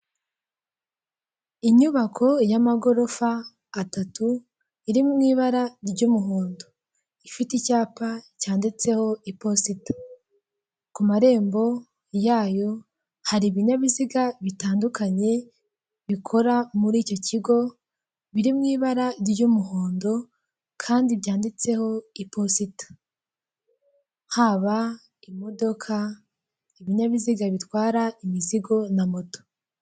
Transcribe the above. Inyubako y'amagorofa atatu iri mu ibara ry'umuhondo, ifite icyapa cyanditseho iposita ku marembo yayo hari ibinyabiziga bitandukanye bikora muri iki kigo biri mu ibara ry'umuhondo kandi byanditseho iposita, haba imodoka ibinyabiziga bitwara imizigo na moto.